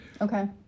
Okay